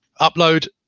upload